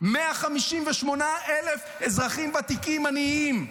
158,000 אזרחים ותיקים עניים,